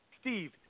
Steve